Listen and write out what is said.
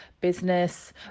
business